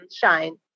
shine